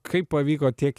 kaip pavyko tiek